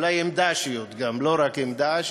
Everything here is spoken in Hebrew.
אולי עם "דאעשיות", גם, לא רק עם "דאעשים".